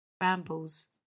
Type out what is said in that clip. rambles